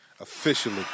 Officially